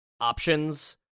options